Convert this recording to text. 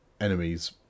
enemies